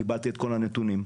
קיבלתי את כל הנתונים,